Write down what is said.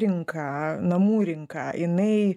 rinka namų rinka jinai